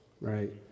right